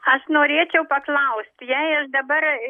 aš norėčiau paklausti jei aš dabar